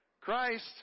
Christ